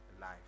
life